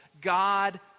God